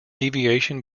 deviation